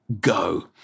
go